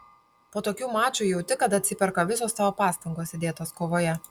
po tokių mačų jauti kad atsiperka visos tavo pastangos įdėtos kovoje